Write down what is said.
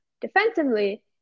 defensively